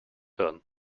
hirn